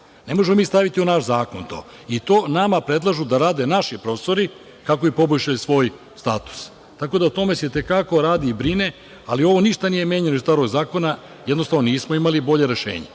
Ne možemo mi staviti u naš zakon to i to nama predlažu da rade naši profesori kako bi poboljšali svoj status. Tako da se na tome i te kako radi i brine, ali ovo ništa nije menjano iz starog zakona, jednostavno nismo imali bolje rešenje.